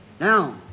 Now